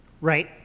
Right